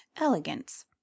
elegance